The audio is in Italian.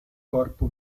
corpo